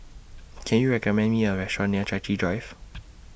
Can YOU recommend Me A Restaurant near Chai Chee Drive